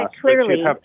Clearly